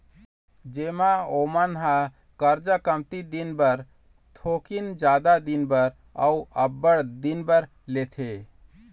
जेमा ओमन ह करजा कमती दिन बर, थोकिन जादा दिन बर, अउ अब्बड़ दिन बर लेथे